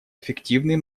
эффективный